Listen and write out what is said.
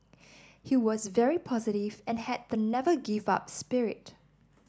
he was very positive and had the never give up spirit